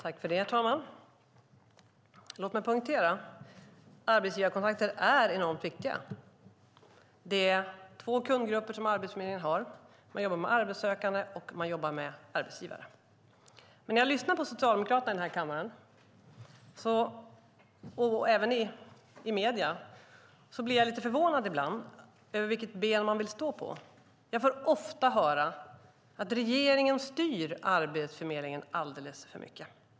Herr talman! Låt mig poängtera att arbetsgivarkontakter är enormt viktiga. Arbetsförmedlingen har två kundgrupper. Den arbetar med arbetssökande och arbetsgivare. När jag lyssnar på socialdemokraterna här i kammaren och även i medierna blir jag ibland lite fundersam över vilket ben de vill stå på. Jag får ofta höra att regeringen styr Arbetsförmedlingen alldeles för mycket.